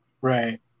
right